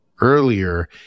earlier